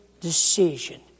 decision